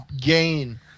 gain